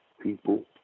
people